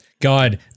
God